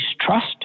trust